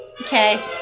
Okay